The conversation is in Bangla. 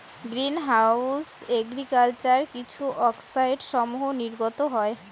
গ্রীন হাউস এগ্রিকালচার কিছু অক্সাইডসমূহ নির্গত হয়